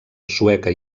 sueca